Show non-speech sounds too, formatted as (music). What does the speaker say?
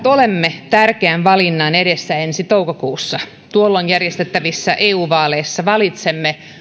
(unintelligible) olemme tärkeän valinnan edessä ensi toukokuussa tuolloin järjestettävissä eu vaaleissa valitsemme